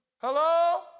Hello